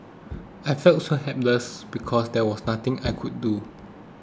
I felt so helpless because there was nothing I could do